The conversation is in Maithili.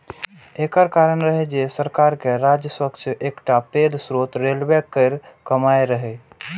एकर कारण रहै जे सरकार के राजस्वक एकटा पैघ स्रोत रेलवे केर कमाइ रहै